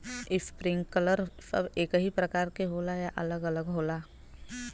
Sprinkler सब एकही प्रकार के होला या अलग अलग होला?